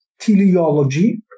teleology